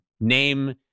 name